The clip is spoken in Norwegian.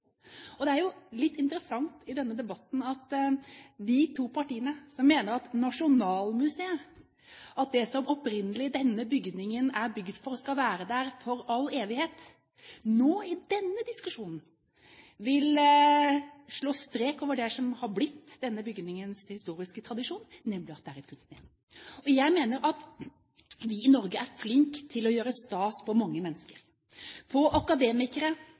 Det er litt interessant i denne debatten at de to partiene som mener at Nasjonalmuseet skal være det det opprinnelig var bygd for, i all evighet, nå i denne diskusjonen vil slå strek over det som er blitt denne bygningens historiske tradisjon, nemlig at det er et kunstnerhjem. Jeg mener at vi i Norge er flinke til å gjøre stas på mange mennesker – på akademikere,